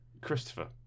Christopher